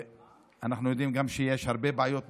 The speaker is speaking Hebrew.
אנחנו גם יודעים שיש הרבה בעיות בדואר,